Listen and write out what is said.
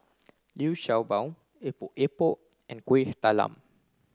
Liu Sha Bao Epok Epok and Kuih Talam